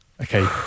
Okay